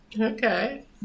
Okay